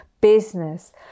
business